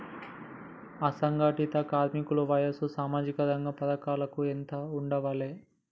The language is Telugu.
అసంఘటిత కార్మికుల వయసు సామాజిక రంగ పథకాలకు ఎంత ఉండాలే?